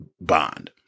bond